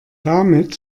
damit